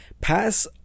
pass